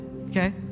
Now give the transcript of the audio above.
okay